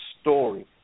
story